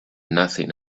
nothing